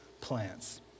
plants